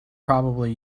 probably